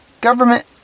government